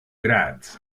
graz